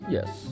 Yes